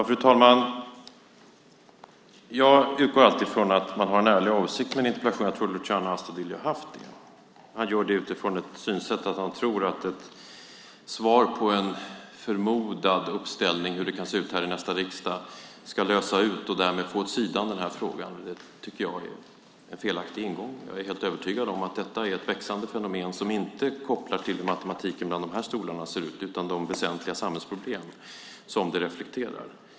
Fru talman! Jag utgår alltid från att man har en ärlig avsikt med en interpellation. Jag tror att Luciano Astudillo har haft det. Han tror att ett svar på en fråga gällande förmodad uppställning i riksdagen under nästa mandatperiod ska lösa ut frågan och få den åt sidan. Det tycker jag är en felaktig ingång. Jag är helt övertygad om att detta är ett växande fenomen som inte är kopplat till hur matematiken bland de här stolarna ser ut utan till de väsentliga samhällsproblem som det reflekterar.